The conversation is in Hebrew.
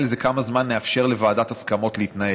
זה כמה זמן נאפשר לוועדת הסכמות להתנהל,